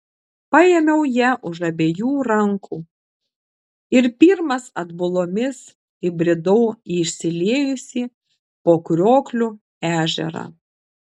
paėmiau ją už abiejų rankų ir pirmas atbulomis įbridau į išsiliejusį po kriokliu ežerą